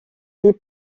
les